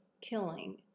killing